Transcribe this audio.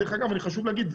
דרך אגב חשוב להגיד,